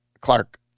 Clark